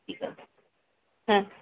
ঠিক আছে হ্যাঁ